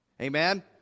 Amen